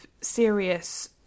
serious